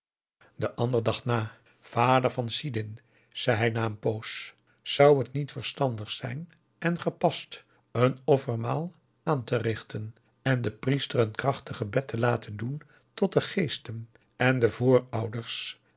de ander dacht na vader van sidin zei hij na een poos zou het niet verstandig zijn en gepast een offermaal aan te richten en den priester een krachtig gebed te laten doen tot de geesten en de voorouders